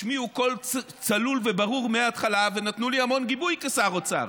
השמיעו קול צלול וברור מההתחלה ונתנו לי המון גיבוי כשר אוצר,